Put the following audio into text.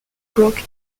broke